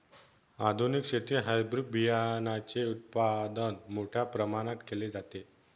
आधुनिक शेतीत हायब्रिड बियाणाचे उत्पादन मोठ्या प्रमाणात केले जाते